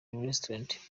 restaurant